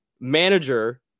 manager